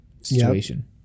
situation